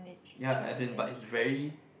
ya as in but it's very